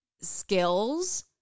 skills